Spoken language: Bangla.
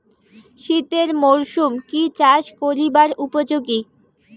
শীতের মরসুম কি চাষ করিবার উপযোগী?